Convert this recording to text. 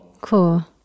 Cool